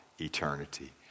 eternity